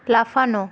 লাফানো